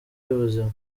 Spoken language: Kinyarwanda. y’ubuzima